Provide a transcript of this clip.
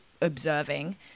observing